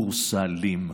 יורסלם.